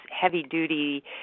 heavy-duty